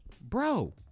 Bro